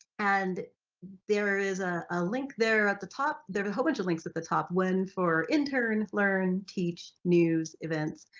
and there is ah a link there at the top, there's a whole bunch of links at the top, one for intern, learn, teach, news, events,